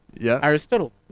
Aristotle